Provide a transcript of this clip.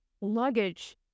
luggage